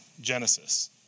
Genesis